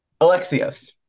Alexios